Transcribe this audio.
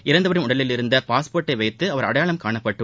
இறந்தவரின் உடலில் இருந்த பாஸ்போா்ட்டை வைத்து அவர் அடையாளம் காணப்பட்டார்